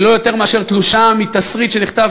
היא לא יותר מאשר תלושה מתסריט שנכתב